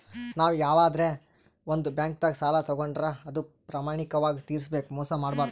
ನಾವ್ ಯವಾದ್ರೆ ಒಂದ್ ಬ್ಯಾಂಕ್ದಾಗ್ ಸಾಲ ತಗೋಂಡ್ರ್ ಅದು ಪ್ರಾಮಾಣಿಕವಾಗ್ ತಿರ್ಸ್ಬೇಕ್ ಮೋಸ್ ಮಾಡ್ಬಾರ್ದು